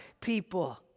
people